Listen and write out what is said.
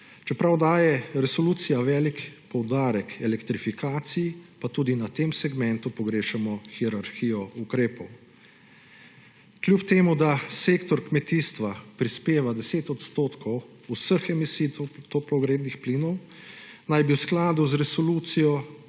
Čeprav daje resolucija velik poudarek elektrifikaciji, pa tudi na tem segmentu pogrešamo hierarhijo ukrepov. Kljub temu da sektor kmetijstva prispeva 10 odstotkov vseh emisij toplogrednih plinov, naj bi v skladu z resolucijo